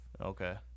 okay